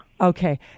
Okay